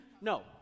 no